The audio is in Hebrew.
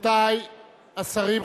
רבותי השרים,